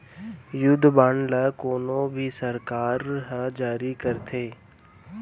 युद्ध बांड ल कोनो भी सरकार ह जारी करथे